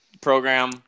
program